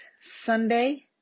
Sunday